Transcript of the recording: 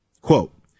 Quote